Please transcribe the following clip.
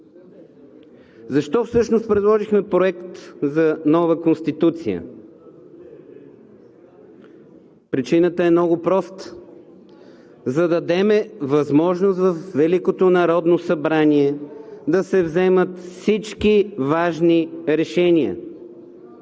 Защо всъщност предложихме Проект на нова Конституция? Причината е много проста. За да дадем възможност във Великото народно събрание да се вземат всички важни решения